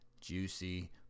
juicy